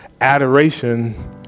adoration